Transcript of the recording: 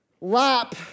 lap